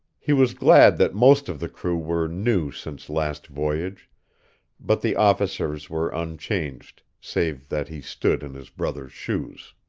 he was glad that most of the crew were new since last voyage but the officers were unchanged, save that he stood in his brother's shoes.